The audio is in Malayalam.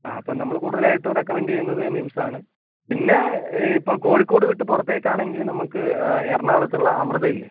ആ അപ്പം നമ്മൾ കൂടുതൽ ആയിട്ടും റെക്കമെന്റ് ചെയ്യുന്നത് മിംസ് ആണ് പിന്നെ ഇപ്പം കോഴിക്കോട് വിട്ട് പുറത്തേക്ക് ആണെങ്കിൽ നമുക്ക് എറണാകുളത്തുള്ള അമൃത ഇല്ലേ